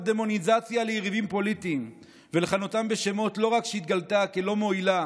דמוניזציה ליריבים פוליטיים ולכנותם בשמות לא רק התגלתה כלא-מועילה